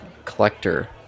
collector